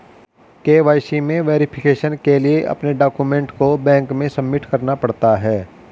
KYC में verification के लिए अपने डाक्यूमेंट को बैंक में सबमिट करना पड़ता है